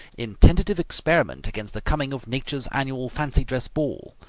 in tentative experiment against the coming of nature's annual fancy dress ball,